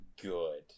good